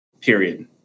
period